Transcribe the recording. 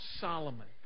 Solomon